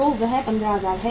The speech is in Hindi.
तो वह 15000 है